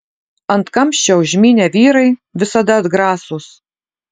ant kamščio užmynę vyrai visada atgrasūs